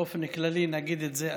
באופן כללי נגיד את זה,